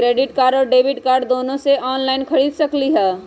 Credit card और debit card दोनों से ऑनलाइन खरीद सकली ह?